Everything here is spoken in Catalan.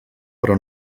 però